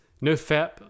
no-fap